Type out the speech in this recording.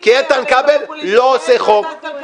כי איתן כבל לא עושה חוק.